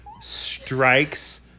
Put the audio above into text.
strikes